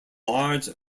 large